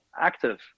active